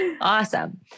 Awesome